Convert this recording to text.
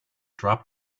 drop